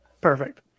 Perfect